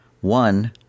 One